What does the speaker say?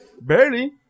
Barely